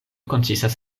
konsistas